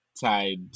tied